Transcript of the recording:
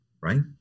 right